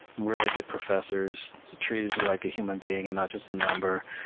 really good professors, treated you like a human being and not just a number.